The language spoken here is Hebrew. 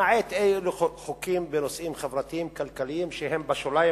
למעט אי-אלו חוקים בנושאים חברתיים-כלכליים שהם בשוליים,